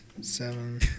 Seven